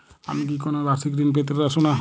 আমি কি কোন বাষিক ঋন পেতরাশুনা?